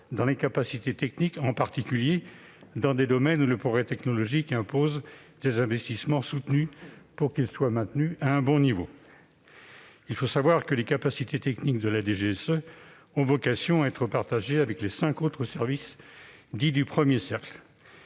les capacités techniques, en particulier dans des domaines où le progrès technologique impose des investissements soutenus pour qu'ils soient maintenus à un bon niveau. Il faut savoir que les capacités techniques de la DGSE ont vocation à être partagées avec les cinq autres services du premier cercle.